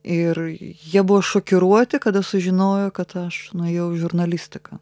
ir jie buvo šokiruoti kada sužinojo kad aš nuėjau į žurnalistiką